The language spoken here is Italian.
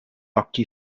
occhi